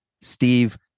Steve